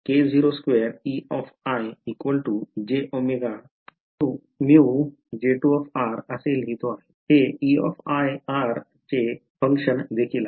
हे Ei r चे function देखील आहे